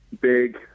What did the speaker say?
big